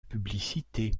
publicité